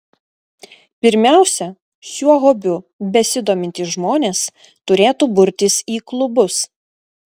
pirmiausia šiuo hobiu besidomintys žmonės turėtų burtis į klubus